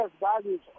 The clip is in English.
values